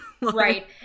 Right